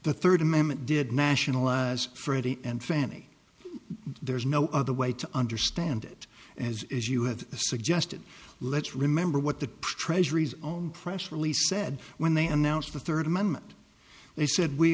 the third amendment did national as freddie and fannie there's no other way to understand it as as you have suggested let's remember what the treasury's own press release said when they announced the third amendment they said we